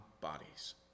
bodies